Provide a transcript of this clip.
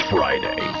Friday